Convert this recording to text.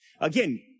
Again